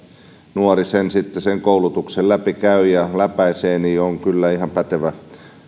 nuori sitten sen koulutuksen läpi käy ja läpäisee on kyllä ihan pätevä